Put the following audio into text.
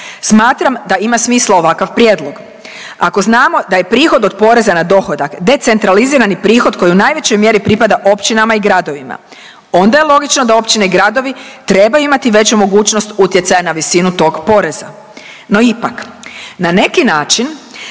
Smatram da ima smisla ovakav prijedlog. Ako znamo da je prihod od poreza na dohodak decentralizirani prihod koji u najvećoj mjeri pripada općinama i gradovima, onda je logično da općine i gradovi trebaju imati veće mogućnosti utjecaja na visinu tog poreza. No ipak, na neki način